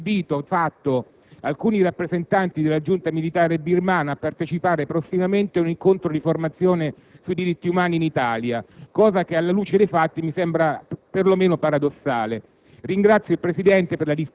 altresì assolutamente imperativo che il Governo annulli l'invito fatto ad alcuni rappresentanti della giunta militare birmana a partecipare prossimamente a un incontro di formazione sui diritti umani in Italia: ciò, alla luce dei fatti, mi sembra